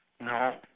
No